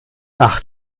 ach